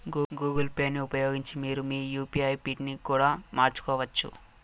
Google పేని ఉపయోగించి మీరు మీ యూ.పీ.ఐ పిన్ ని కూడా మార్చుకోవచ్చు